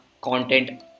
content